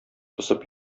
посып